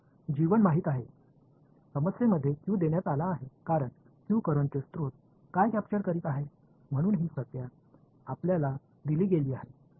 तर माहित आहे समस्येमध्ये Q देण्यात आला आहे कारण Q करंटचे स्त्रोत काय कॅप्चर करीत आहे म्हणून ही संज्ञा आपल्याला दिली गेली आहे